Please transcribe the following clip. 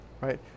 Right